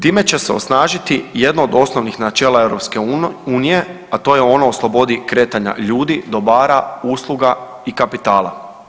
Time će se osnažiti jedno od osnovnih načela EU, a to je ono o slobodi kretanja ljudi, dobara, usluga i kapitala.